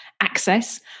access